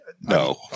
no